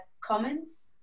comments